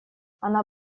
она